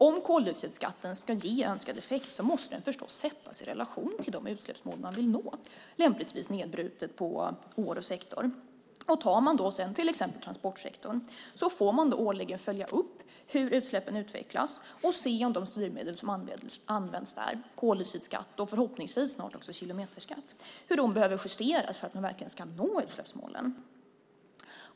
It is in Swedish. Om koldioxidskatten ska ge önskad effekt måste den förstås sättas i relation till de utsläppsmål man vill nå, lämpligen nedbrutet på år och sektor. Tar man sedan exempelvis transportsektorn får man årligen följa upp hur utsläppen utvecklas och se om de styrmedel som används där - koldioxidskatt och förhoppningsvis snart även kilometerskatt - behöver justeras för att verkligen nå utsläppsmålen.